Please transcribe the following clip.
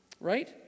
Right